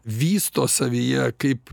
vysto savyje kaip